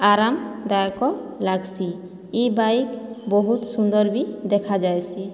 ଆରାମଦାୟକ ଲାଗ୍ସି ଏହି ବାଇକ୍ ବହୁତ ସୁନ୍ଦର ବି ଦେଖାଯାଏସି